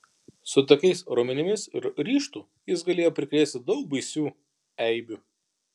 su tokiais raumenimis ir ryžtu jis galėjo prikrėsti daug baisių eibių